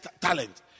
talent